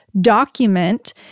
document